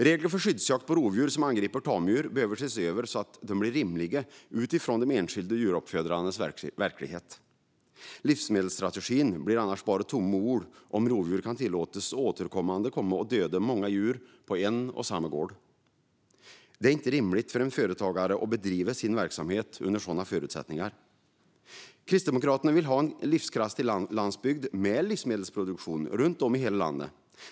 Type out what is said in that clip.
Reglerna för skyddsjakt på rovdjur som angriper tamdjur behöver ses över så att de blir rimliga utifrån enskilda djuruppfödares verklighet. Livsmedelsstrategin blir bara tomma ord om rovdjur kan tillåtas att återkommande döda många djur på en och samma gård. Det är inte rimligt för en företagare att bedriva sin verksamhet under sådana förutsättningar. Kristdemokraterna vill ha en livskraftig landsbygd med livsmedelsproduktion runt om i hela landet.